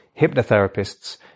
hypnotherapists